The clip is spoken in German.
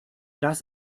das